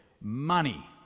Money